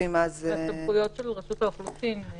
הסמכויות של רשות האוכלוסין.